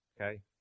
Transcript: okay